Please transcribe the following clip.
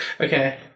Okay